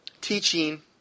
teaching